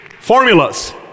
Formulas